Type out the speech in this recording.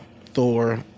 Thor